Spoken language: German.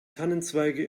tannenzweige